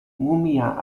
mumia